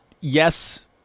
Yes